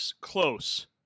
close